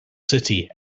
city